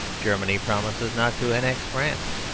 germany promises not to annex france.